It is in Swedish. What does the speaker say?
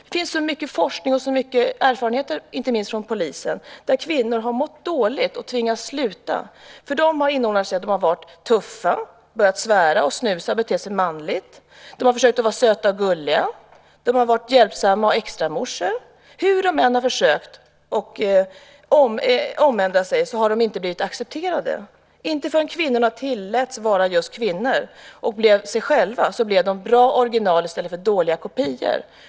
Det finns så mycket forskning och så mycket erfarenheter, inte minst från polisen, som visar att kvinnor har mått dåligt och tvingats sluta. De har inordnat sig. De säger att de har varit tuffa, börjat svära, snusa och bete sig manligt. De har försökt vara söta och gulliga, varit hjälpsamma och extramorsor. Hur de än har försökt att omändra sig har de inte blivit accepterade. Inte förrän kvinnorna tilläts att vara just kvinnor och blev sig själva, blev de bra original i stället för dåliga kopior.